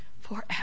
forever